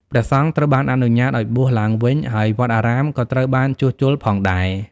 ព្រះសង្ឃត្រូវបានអនុញ្ញាតឱ្យបួសឡើងវិញ ហើយវត្តអារាមក៏ត្រូវបានជួសជុលផងដែរ។